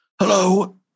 Hello